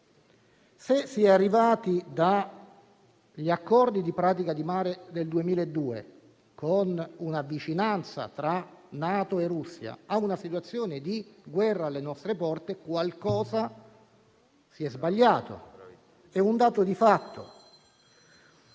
Se si è arrivati dagli accordi di Pratica di Mare del 2002, con una vicinanza tra NATO e Russia, ad una situazione di guerra alle nostre porte, qualcosa si è sbagliato. È un dato di fatto.